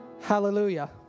Hallelujah